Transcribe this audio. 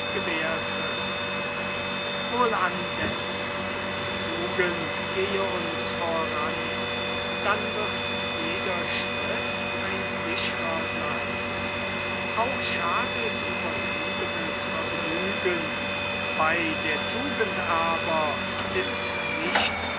gewährt wird wohlan denn die tugend gehe uns voran dann wird jeder schritt ein sichrer sein auch schadet übertriebenes vergnügen bei der tugend aber ist nichts